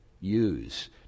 use